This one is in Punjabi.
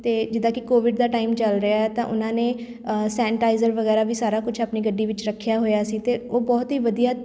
ਅਤੇ ਜਿੱਦਾਂ ਕਿ ਕੋਵਿਡ ਦਾ ਟਾਈਮ ਚੱਲ ਰਿਹਾ ਤਾਂ ਉਹਨਾਂ ਨੇ ਸੈਨਟਾਈਜ਼ਰ ਵਗੈਰਾ ਵੀ ਸਾਰਾ ਕੁਛ ਆਪਣੀ ਗੱਡੀ ਵਿੱਚ ਰੱਖਿਆ ਹੋਇਆ ਸੀ ਅਤੇ ਉਹ ਬਹੁਤ ਹੀ ਵਧੀਆ